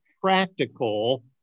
practical